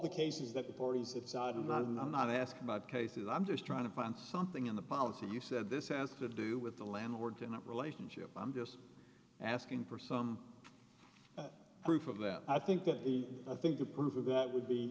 the cases that parties that side and i'm not asking about cases i'm just trying to find something in the policy you said this has to do with the landlord tenant relationship i'm just asking for some proof of that i think that i think the proof of that would be